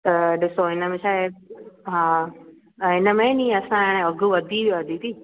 ॾिसो हिन में छाहे हा हिन में आहे नी असांजो अघु वधी वियो आहे दीदी